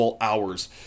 hours